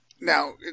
Now